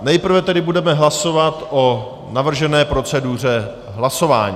Nejprve tedy budeme hlasovat o navržené proceduře hlasování.